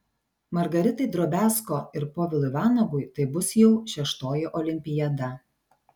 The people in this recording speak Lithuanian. margaritai drobiazko ir povilui vanagui tai bus jau šeštoji olimpiada